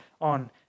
on